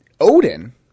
odin